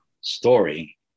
story